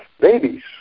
babies